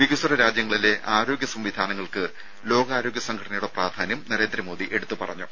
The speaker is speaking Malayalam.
വികസ്വര രാജ്യങ്ങളിലെ ആരോഗ്യ സംവിധാനങ്ങൾക്ക് ലോകാരോഗ്യ സംഘടനയുടെ പ്രാധാന്യം നരേന്ദ്രമോദി എടുത്തുപറഞ്ഞു